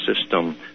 system